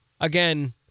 Again